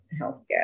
healthcare